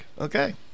Okay